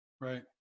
right